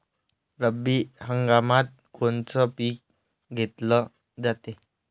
रब्बी हंगामात कोनचं पिक घेतलं जाते?